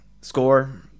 score